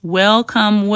welcome